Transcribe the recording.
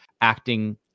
acting